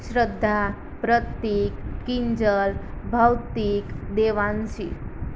Shraddha Pratik Kinjal Bhautik Devanshi